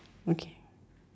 okay